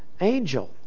angel